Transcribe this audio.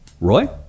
Roy